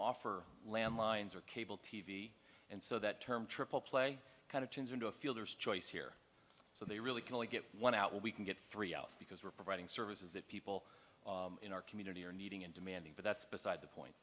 offer land lines or cable t v and so that term triple play kind of turns into a fielder's choice here so they really can only get one out we can get three out because we're providing services that people in our community are needing and demanding but that's beside the point